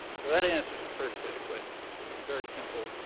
so that answers the first set of questions. very simple.